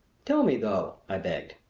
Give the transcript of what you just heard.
tell me, though, i begged,